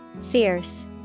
Fierce